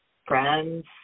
friends